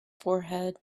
forehead